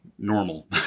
normal